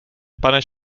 pane